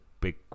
big